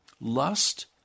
lust